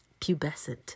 pubescent